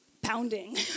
pounding